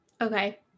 Okay